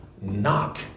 knock